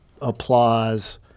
applause